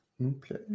Okay